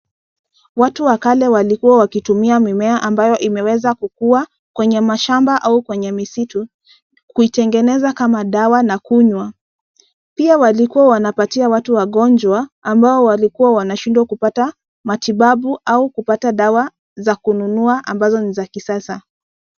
Watu wa kale walikuwa wakitumia mimea ambayo imeweza kukuwa, kwenye mashamba, au kwenye misitu, kuitengeneza kama dawa, na kunywa. Pia walikuwa wanapatia watu wagonjwa, ambao walikuwa wanashindwa kupata matibabu, au kupata dawa za kununua ambazo ni za kisasa.